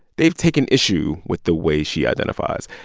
they've taken issue with the way she identifies.